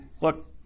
look